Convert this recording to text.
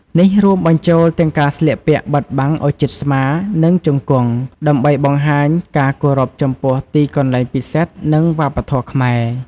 នេះរួមបញ្ចូលទាំងការស្លៀកពាក់បិទបាំងឲ្យជិតស្មា និងជង្គង់ ដើម្បីបង្ហាញការគោរពចំពោះទីកន្លែងពិសិដ្ឋ និងវប្បធម៌ខ្មែរ។